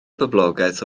boblogaeth